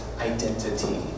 identity